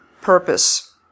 purpose